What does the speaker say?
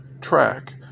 track